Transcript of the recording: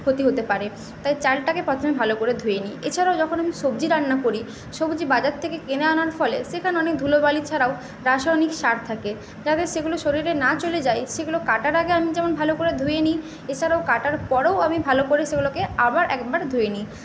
ক্ষতি হতে পারে তাই চালটাকে প্রথমে ভালো করে ধুয়ে নিই এছাড়াও যখন আমি সবজি রান্না করি সবজি বাজার থেকে কিনে আনার ফলে সেখানে অনেক ধুলোবালি ছাড়াও রাসায়নিক সার থাকে যাতে সেগুলো শরীরে না চলে যায় সেগুলো কাটার আগে আমি যেমন ভালো করে ধুয়ে নিই এছাড়া কাটার পরেও আমি সেগুলোকে আবার একবার ভালো করে ধুয়ে নিই